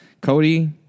Cody